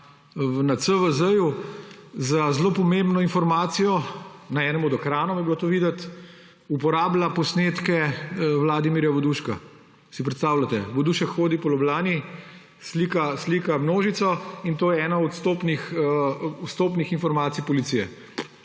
na CVZ za zelo pomembno informacijo, na enem od ekranov je bilo to videti, uporablja posnetke Vladimirja Voduška. Si predstavljate? Vodušek hodi po Ljubljani, slika, slika množico in to je ena od vstopnih informacij policije.